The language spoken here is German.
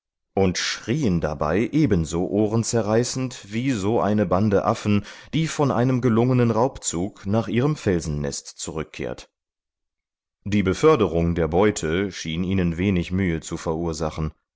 und schrieen dabei ebenso ohrenzerreißend wie so eine bande affen die von einem gelungenen raubzug nach ihrem felsennest zurückkehrt die beförderung der beute schien ihnen wenig mühe zu verursachen